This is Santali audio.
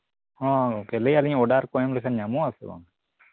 ᱦᱚᱸ ᱜᱚᱝᱠᱮ ᱞᱟᱹᱭᱮᱫᱼᱟᱞᱤᱧ ᱚᱰᱟᱨ ᱠᱚ ᱮᱢ ᱞᱮᱠᱷᱟᱱ ᱧᱟᱢᱚᱜᱼᱟ ᱥᱮ ᱵᱟᱝ